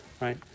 right